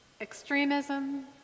Extremism